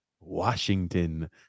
Washington